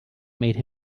made